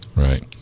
Right